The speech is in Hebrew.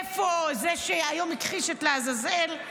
איפה הזה שהיום הכחיש את לעזאזל?